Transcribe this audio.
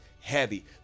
heavy